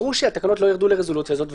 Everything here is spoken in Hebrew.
ברור שהתקנות לא ירדו לרזולוציה הזאת,